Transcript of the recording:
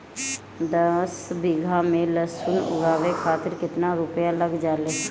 दस बीघा में लहसुन उगावे खातिर केतना रुपया लग जाले?